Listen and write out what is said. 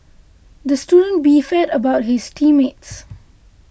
the student beefed about his team mates